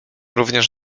również